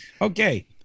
Okay